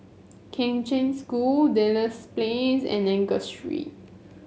Kheng Cheng School Duchess Place and Angus Street